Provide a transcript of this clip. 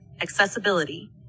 accessibility